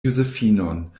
josefinon